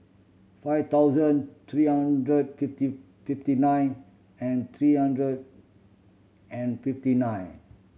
five thousand three hundred fifty fifty nine and three hundred and fifty nine